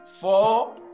four